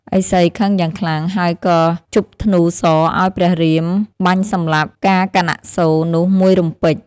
ឥសីខឹងយ៉ាងខ្លាំង ហើយក៏ជបធ្នូសរឱ្យព្រះរាមបាញ់សម្លាប់កាកនាសូរនោះមួយរំពេច។